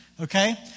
okay